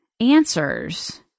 answers